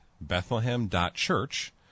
Bethlehem.Church